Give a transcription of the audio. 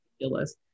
ridiculous